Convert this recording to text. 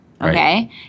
okay